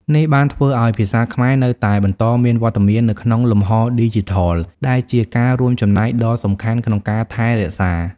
នេះបានធ្វើឱ្យភាសាខ្មែរនៅតែបន្តមានវត្តមាននៅក្នុងលំហឌីជីថល ដែលជាការរួមចំណែកដ៏សំខាន់ក្នុងការថែរក្សា។